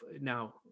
now